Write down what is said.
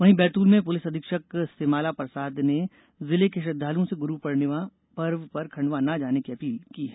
वहीं बैतूल में पुलिस अधीक्षक सिमाला प्रसाद ने जिर्ले के श्रद्वालुओं से गुरू पूर्णिमा पर्व पर खंडवा न जाने की अपील की है